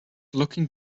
looking